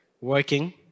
working